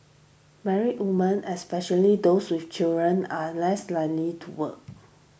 married women especially those with children are less likely to work